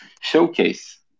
showcase